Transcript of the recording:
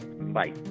bye